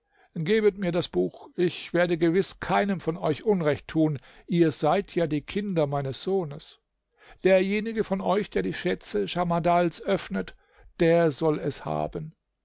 gebet mir das buch ich werde gewiß keinem von euch unrecht tun ihr seid ja die kinder meines sohnes derjenige von euch der die schätze schamardals öffnet der soll es haben